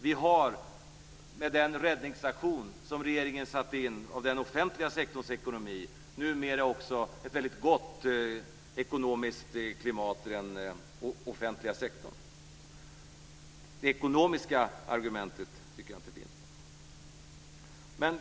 Vi har, med den räddningsaktion som regeringen satte in när det gäller den offentliga sektorns ekonomi, numera också ett väldigt gott ekonomiskt klimat i den offentliga sektorn. Det ekonomiska argumentet tycker jag inte finns.